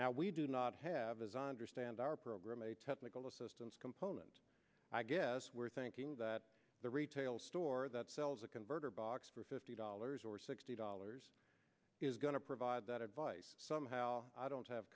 now we do not have as i understand our program a technical assistance component i guess we're thinking that the retail store that sells a converter box for fifty dollars or sixty dollars is going to provide that advice somehow i don't have